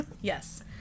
Yes